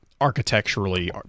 architecturally